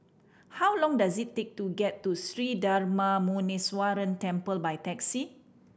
how long does it take to get to Sri Darma Muneeswaran Temple by taxi